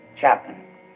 Chapman